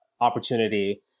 opportunity